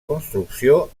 construcció